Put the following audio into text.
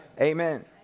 Amen